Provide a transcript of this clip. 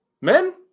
men